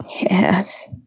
Yes